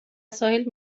ساحل